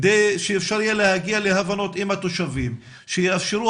כדי שאפשר יהיה להגיע להבנות עם התושבים שיאפשרו